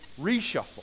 Reshuffle